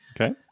Okay